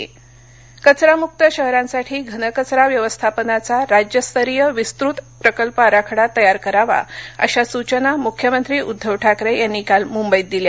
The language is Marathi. स्वच्छ सर्वेक्षण कचरामुक्त शहरांसाठी घनकचरा व्यवस्थापनाचा राज्यस्तरीय विस्तृत प्रकल्प आराखडा तयार करावा अशा सुचना मुख्यमंत्री उद्वव ठाकरे यांनी काल मुंबईत दिल्या